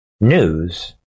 News